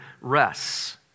rests